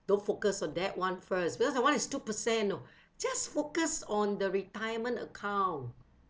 don't focus on that one first because that one is two per cent you know just focus on the retirement account